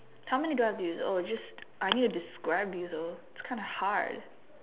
how many do I have to use oh just I need to describe you though it's kinda hard